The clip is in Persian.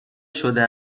شده